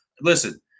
Listen